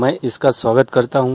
मैं इसका स्वागत करता हूं